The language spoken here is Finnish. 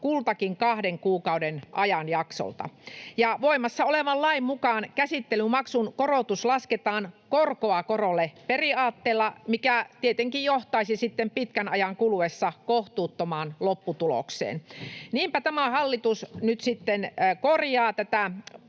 kultakin kahden kuukauden ajanjaksolta. Voimassa olevan lain mukaan käsittelymaksun korotus lasketaan korkoa korolle ‑periaatteella, mikä tietenkin johtaisi sitten pitkän ajan kuluessa kohtuuttomaan lopputulokseen. Niinpä tämä hallitus nyt sitten korjaa tätä